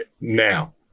now